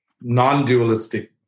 non-dualistic